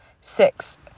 Six